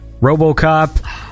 RoboCop